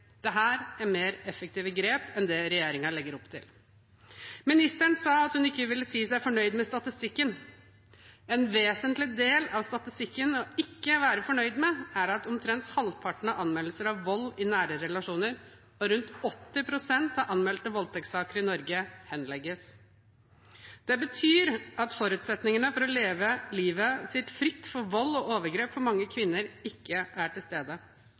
er mer effektive grep enn det regjeringen legger opp til. Ministeren sa at hun ikke ville si seg fornøyd med statistikken. En vesentlig del av statistikken å ikke være fornøyd med er at omtrent halvparten av anmeldelser av vold i nære relasjoner og rundt 80 pst. av anmeldte voldtektssaker i Norge henlegges. Det betyr at forutsetningene for å leve livet sitt fritt for vold og overgrep for mange kvinner ikke er til stede.